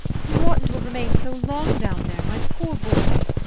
you oughtn't to have remained so long down there, my poor boy.